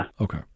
Okay